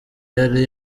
yari